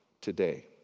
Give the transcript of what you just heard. today